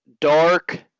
dark